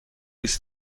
است